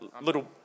little